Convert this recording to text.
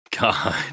God